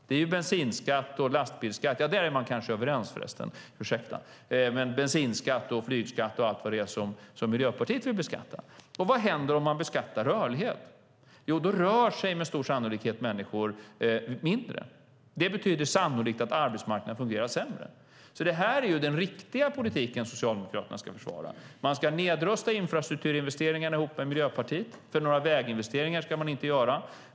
Man är kanske överens om lastbilsskatt, men Miljöpartiet vill ha både bensinskatt och flygskatt och allt möjligt annat. Vad händer om man beskattar rörlighet? Då rör sig med stor sannolikhet människor mindre. Det betyder sannolikt att arbetsmarknaden fungerar sämre. Detta är den riktiga politik som Socialdemokraterna ska försvara. Man ska nedrusta infrastrukturinvesteringarna ihop med Miljöpartiet, för några väginvesteringar ska man inte göra.